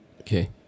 Okay